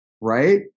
right